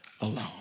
alone